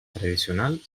tradicional